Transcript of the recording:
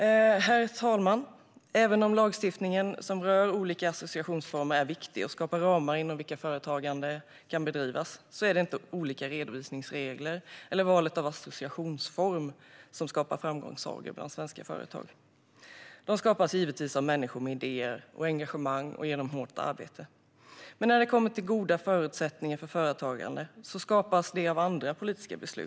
Herr talman! Även om lagstiftningen som rör olika associationsformer är viktig och skapar ramar inom vilka företagande kan bedrivas är det inte olika redovisningsregler eller valet av associationsform som skapar framgångssagor bland svenska företag. De skapas givetvis av människor med idéer och engagemang och genom hårt arbete. Men goda förutsättningar för företagande skapas av andra politiska beslut.